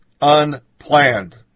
unplanned